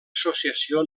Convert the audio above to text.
associació